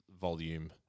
volume